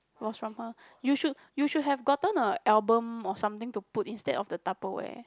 was from a you should you should have gotten a album or something to put instead of the Tupperware